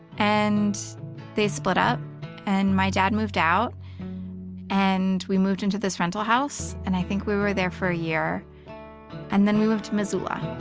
and they split up and my dad moved out and we moved into this rental house and i think we were there for a year and then we moved to missoula.